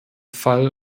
fall